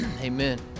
Amen